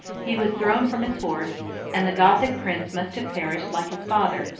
he was thrown from his horse and the gothic prince must have perished like his father,